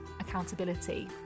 accountability